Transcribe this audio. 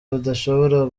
budashobora